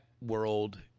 world